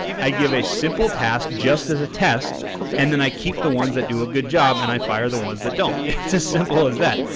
i give a simple task just as a test and then i keep the ones that do a good job and i fire the ones that don't. it's just simple as that.